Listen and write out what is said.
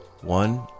one